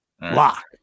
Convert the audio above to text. Lock